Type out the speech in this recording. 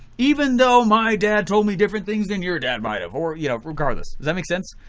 even though my dad told me different things than your dad might of or you know regardless. does that make sense?